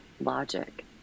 logic